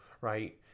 right